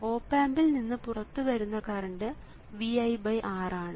op ആമ്പിൽ നിന്ന് പുറത്തുവരുന്ന കറണ്ട് ViR ആണ്